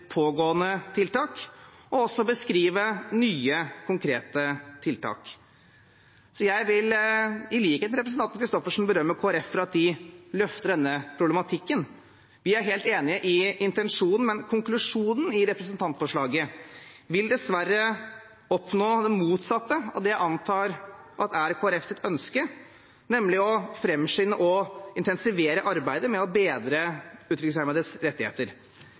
pågående tiltak og beskrive nye, konkrete tiltak. Jeg vil i likhet med representanten Christoffersen berømme Kristelig Folkeparti for at de løfter denne problematikken. Vi er helt enige i intensjonen, men konklusjonen i representantforslaget vil dessverre oppnå det motsatte av det jeg antar er Kristelig Folkepartis ønske, nemlig å framskynde og intensivere arbeidet med å bedre utviklingshemmedes rettigheter.